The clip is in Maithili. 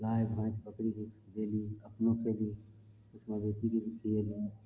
गाय भैंस बकरीके देली अपनो खेली मबेशी शके भी खीयलहुॅं